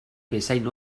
bezain